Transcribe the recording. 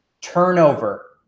turnover